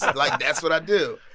like, that's what i do.